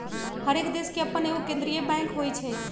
हरेक देश के अप्पन एगो केंद्रीय बैंक होइ छइ